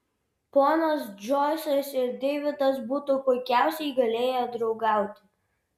ponas džoisas ir deividas būtų puikiausiai galėję draugauti